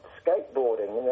skateboarding